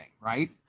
right